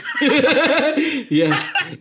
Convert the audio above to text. yes